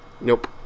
Nope